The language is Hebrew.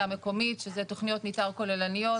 המקומית שזה תכניות מתאר כוללניות,